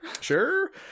Sure